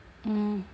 mm